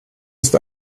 ist